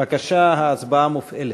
בבקשה, ההצבעה מופעלת.